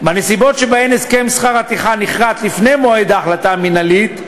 בנסיבות שבהן הסכם שכר הטרחה נכרת לפני מועד ההחלטה המינהלית,